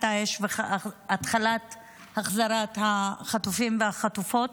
האש והתחלת החזרת החטופים והחטופות,